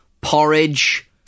porridge